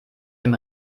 dem